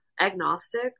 agnostic